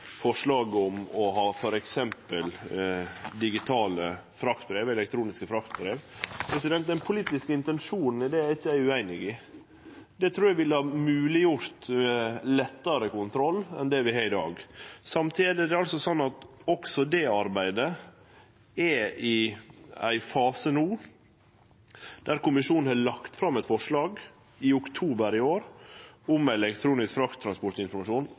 forslag om å ha f.eks. digitale fraktbrev – elektroniske fraktbrev. Den politiske intensjonen i det er eg ikkje ueinig i. Eg trur det ville ha mogleggjort lettare kontroll enn vi har i dag. Samtidig er også det arbeidet no i ein fase der Kommisjonen i oktober i år la fram eit forslag om elektronisk